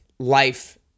life